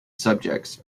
subjects